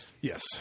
Yes